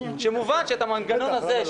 שמובן שאת המנגנון הזה,